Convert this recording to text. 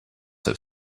have